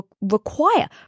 require